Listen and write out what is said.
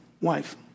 wife